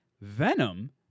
Venom